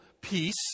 peace